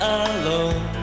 alone